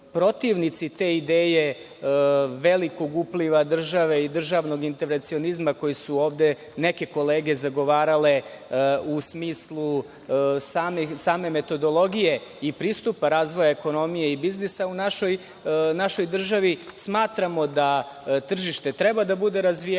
te ideje velikog upliva države i državnog intervencionizma koji su ovde neke kolege zagovarale u smislu same metodologije i pristupa razvoja ekonomije i biznisa u našoj državi. Smatramo da ovo tržište treba da bude razvijeno